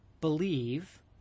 believe